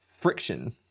friction